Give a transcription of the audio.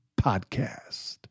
Podcast